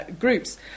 groups